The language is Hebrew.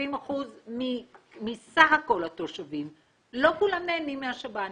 70% מסך הכול התושבים - לא כולם נהנים מהשב"נים.